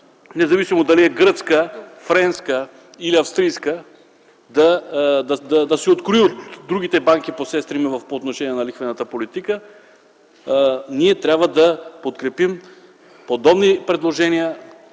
независимо дали е гръцка, френска или австрийска, да се открои от другите банки посестрими по отношение на лихвената политика. Ние трябва да подкрепим подобни предложения,